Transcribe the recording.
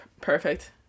Perfect